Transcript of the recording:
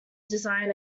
design